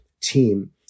team